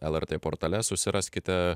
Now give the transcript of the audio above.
lrt portale susiraskite